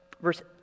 Verse